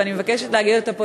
ואני מבקשת להגיד את זה פה,